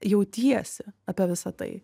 jautiesi apie visa tai